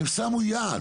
הם שמו יעד.